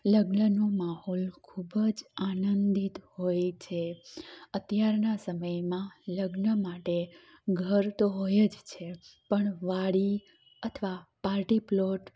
લગ્નનું માહોલ ખૂબ જ આનંદિત હોય છે અત્યારના સમયમાં લગ્ન માટે ઘર તો હોય જ છે પણ વાડી અથવા પાર્ટી પ્લોટ